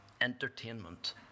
entertainment